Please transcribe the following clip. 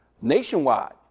nationwide